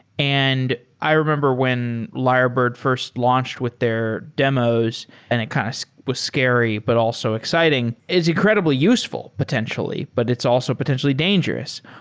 and i remember when lyrebird fi launched with their demos and it kind of so was scary, but also exciting is incredibly useful potentially, but it's also potentially dangerous.